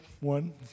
one